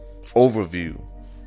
overview